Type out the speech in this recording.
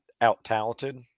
out-talented